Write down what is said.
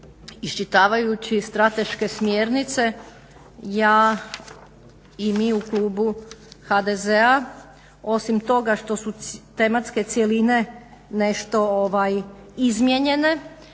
iščitavajući strateške smjernice ja i mi u klubu HDZ-a osim toga što su tematske cjeline nešto izmijenjene